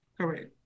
Correct